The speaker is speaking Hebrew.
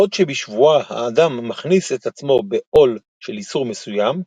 בעוד שבשבועה האדם מכניס את עצמו בעול של איסור מסוים,